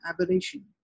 aberration